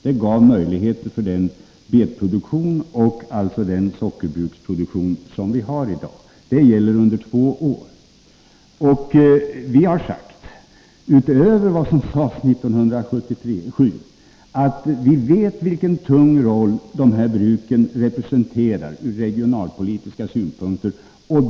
Det gav möjligheter för den betproduktion och den sockerbruksproduktion som vi har i dag. Avtalet gäller under två år. Utöver vad som sades 1977 har vi sagt att vi vet vilken tung roll de här bruken har ur regionalpolitisk synpunkt.